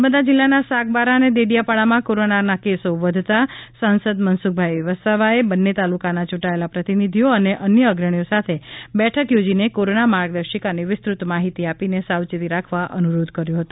નર્મદા જીલ્લાના સાગબારા અને દેડીયાપાડામાં કોરોનાના કેસો વધતા સાંસદ મનસુખભાઈ વસાવાએ બંને તાલુકાના યૂંટાયેલા પ્રતિનિધિઓ અને અન્ય અગ્રણીઓ સાથે બેઠક યોજીને કોરોના માર્ગદર્શિકાની વિસ્તૃત માહિતી આપીને સાવચેતી રાખવા અનુરોધ કર્યો હતો